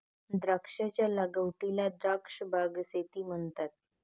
द्राक्षांच्या लागवडीला द्राक्ष बाग शेती म्हणतात